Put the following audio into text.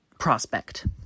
prospect